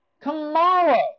tomorrow